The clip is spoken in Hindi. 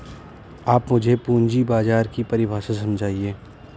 आप मुझे पूंजी बाजार की परिभाषा समझाइए